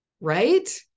right